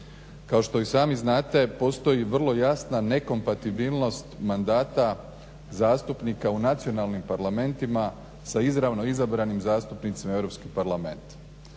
Kao što i sami znate, postoji vrlo jasna nekompatibilnost mandata zastupnika u nacionalnim parlamentima sa izravno izabranim zastupnicima u Europski parlament.